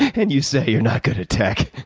and you say you're not good at tech.